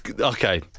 okay